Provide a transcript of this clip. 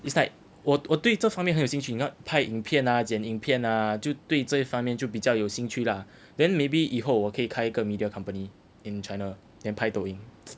it's like 我我对这方面很有兴趣你看拍影片啊剪影片啊就对这方面就比较有兴趣啦 then maybe 以后我可以开一个 media company in china then 拍抖音